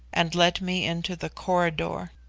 and led me into the corridor.